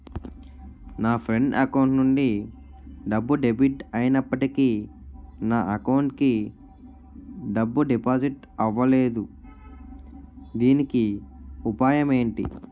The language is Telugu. నా ఫ్రెండ్ అకౌంట్ నుండి డబ్బు డెబిట్ అయినప్పటికీ నా అకౌంట్ కి డబ్బు డిపాజిట్ అవ్వలేదుదీనికి ఉపాయం ఎంటి?